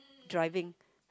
driving